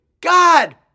God